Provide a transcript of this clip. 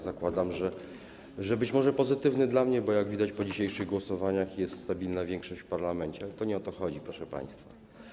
Zakładam, że może być pozytywny dla mnie, bo jak widać po dzisiejszych głosowaniach, jest stabilna większość w parlamencie, ale nie o to chodzi, proszę państwa.